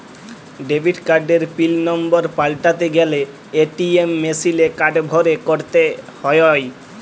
debit কার্ডের PIN number পাল্টাতে গ্যালে এ.টি.এম মেশিলে কার্ড ভরে ক্যরতে হ্য়য়